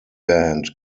band